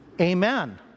Amen